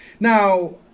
Now